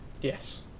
Yes